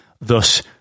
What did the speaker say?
thus